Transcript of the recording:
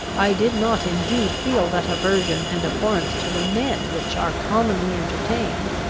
i did not indeed feel that aversion and abhorrence to the men which are commonly entertained.